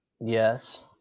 yes